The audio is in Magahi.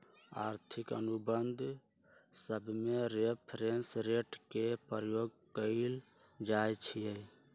आर्थिक अनुबंध सभमें रेफरेंस रेट के प्रयोग कएल जाइ छइ